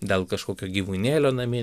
dėl kažkokio gyvūnėlio namie